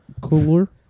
cooler